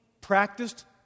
practiced